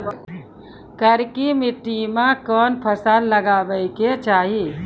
करकी माटी मे कोन फ़सल लगाबै के चाही?